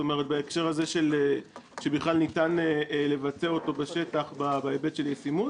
בהקשר הזה שבכלל ניתן לבצע אותו בשטח בהיבט של ישימות,